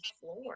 floor